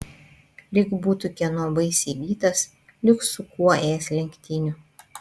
lyg būtų kieno baisiai vytas lyg su kuo ėjęs lenktynių